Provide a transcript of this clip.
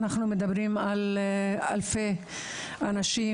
אנחנו מדברים על אלפי אנשים,